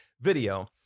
video